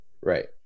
Right